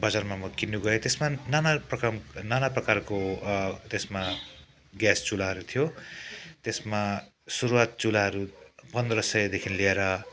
बजारमा म किन्नु गएँ त्यसमा नाना प्रकम नाना प्रकारको त्यसमा ग्यास चुल्हाहरू थियो त्यसमा सुरुआत चुल्हाहरू पन्ध्र सयदेखि लिएर